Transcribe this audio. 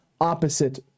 opposite